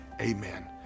amen